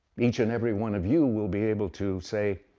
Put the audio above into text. each and every one of you will be able to say,